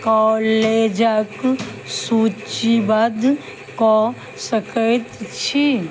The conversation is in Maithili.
कॉलेजके सूचीबद्ध कऽ सकैत छी